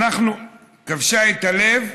כבשה את הלב,